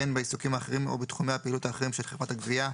אין בעיסוקים האחרים או בתחומי הפעילות האחרים של חברת הגבייה,